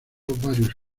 varios